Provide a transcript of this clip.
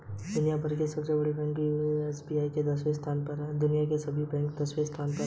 दुनिया भर के बड़े बैंको की सूची में भारत का एस.बी.आई दसवें स्थान पर है